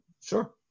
sure